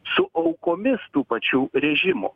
su aukomis tų pačių režimų